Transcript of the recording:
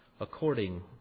according